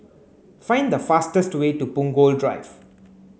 find the fastest way to Punggol Drive